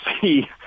see